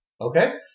Okay